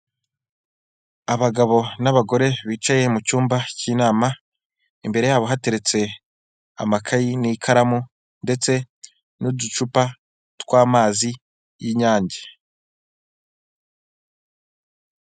Abagabo n'abagore bicaye mu cyumba cy'inama, imbere yabo hateretse amakayi n'ikaramu, ndetse n'uducupa tw'amazi y'inyange.